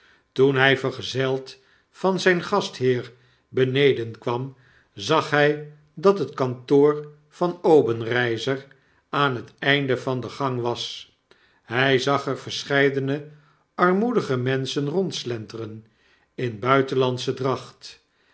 toen hij vergezeld van zyn gastheer beneden kwam zag hy dat het kantoor van obenreizer aan het einde van de gang was hy zag er verscheidene armoedige menschen rondslenteren in buitenlandsche dracht